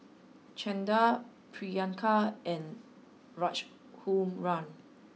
Chanda Priyanka and Raghuram